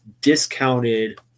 discounted